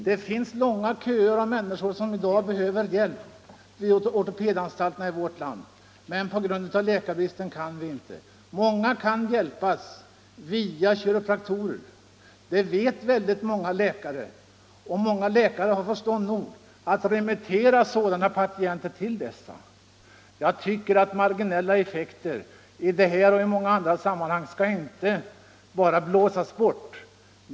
Vi har långa köer av sådana människor som behöver hjälp vid de ortopediska anstalterna i vårt land men som på grund av bristen på specialister inte kan få sådan hjälp. Många av de människorna kan hjälpas via kiropraktorer. Detta vet också många läkare, som remitterar patienterna till kiropraktorer. Jag tycker att man i detta och i många andra sammanhang inte skall vifta bort och bara tala om de s.k. marginella effekterna.